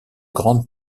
grande